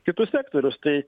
kitus sektorius tai